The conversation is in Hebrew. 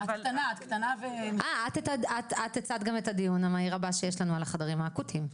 אה את הצגת גם את הדיון הבא שיש לנו על החדרים האקוטיים.